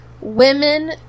women